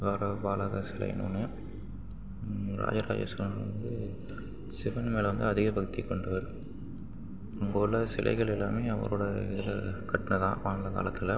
துவார பாலக சிலைன்னு ஒன்று ராஜராஜ சோழன் வந்து சிவன் மேல் வந்து அதிக பக்தி கொண்டவர் அங்கே உள்ள சிலைகள் எல்லாமே அவரோடய இதில் கட்டினதான் அந்த காலத்தில்